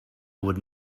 would